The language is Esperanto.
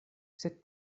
sed